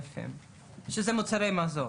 שזה מוצרי מזון?